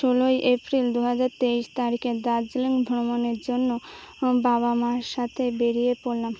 ষোলোই এপ্রিল দু হাজার তেইশ তারিখে দার্জিলিং ভ্রমণের জন্য বাবা মার সাথে বেরিয়ে পড়লাম